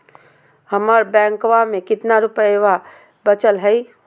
हमर बैंकवा में कितना रूपयवा बचल हई?